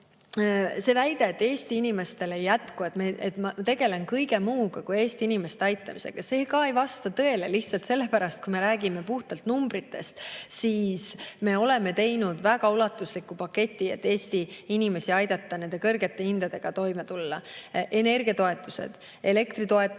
see väide, et Eesti inimestele [toetust] ei jätku, et ma tegelen kõige muuga kui Eesti inimeste aitamisega. See ka ei vasta tõele. Kui me räägime puhtalt numbritest, siis me oleme teinud väga ulatusliku paketi, et Eesti inimestel aidata nende kõrgete hindadega toime tulla. Energiatoetused, elektritoetused,